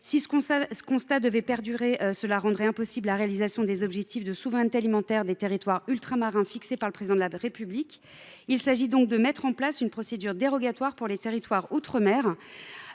Si ce constat devait perdurer, voilà qui rendrait impossible la réalisation des objectifs de souveraineté alimentaire des territoires ultramarins fixés par le Président de la République. Il s’agit donc de mettre en place, pour les territoires d’outre mer,